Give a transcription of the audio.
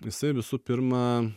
jisai visų pirma